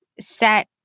set